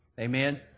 Amen